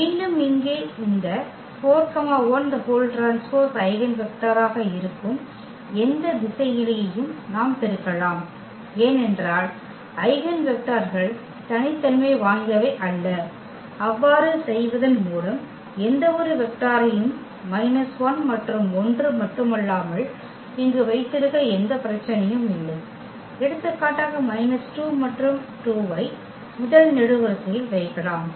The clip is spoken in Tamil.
மீண்டும் இங்கே இந்த 4 1T ஐகென் வெக்டராக இருக்கும் எந்த திசையிலியையும் நாம் பெருக்கலாம் ஏனென்றால் ஐகென் வெக்டர்கள் தனித்தன்மை வாய்ந்தவை அல்ல அவ்வாறு செய்வதன் மூலம் எந்தவொரு வெக்டாரையும் −1 மற்றும் 1 மட்டுமல்லாமல் இங்கு வைத்திருக்க எந்த பிரச்சனையும் இல்லை எடுத்துக்காட்டாக −2 மற்றும் 2 ஐ முதல் நெடுவரிசையில் வைக்கலாம்